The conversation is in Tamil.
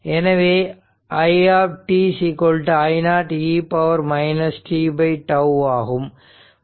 எனவே i t I0 e t τ ஆகும்